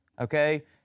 Okay